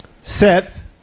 Seth